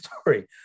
story